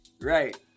Right